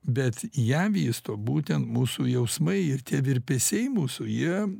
bet ją vysto būtent mūsų jausmai ir tie virpesiai mūsų jie